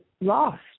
Lost